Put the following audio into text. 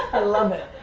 i love it.